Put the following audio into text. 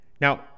Now